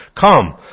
Come